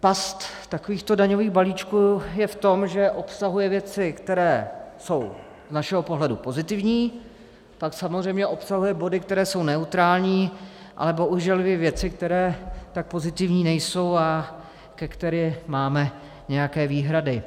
Past takovýchto daňových balíčků je v tom, že obsahuje věci, které jsou z našeho pohledu pozitivní, pak samozřejmě obsahuje body, které jsou neutrální, ale bohužel i věci, které tak pozitivní nejsou a ke kterým máme nějaké výhrady.